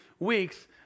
weeks